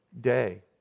day